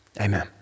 amen